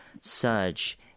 surge